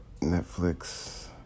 Netflix